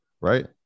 right